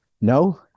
No